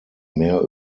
mehr